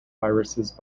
viruses